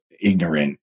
ignorant